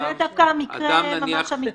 זה דווקא מקרה אמיתי.